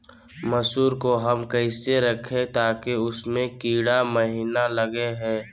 मसूर को हम कैसे रखे ताकि उसमे कीड़ा महिना लगे?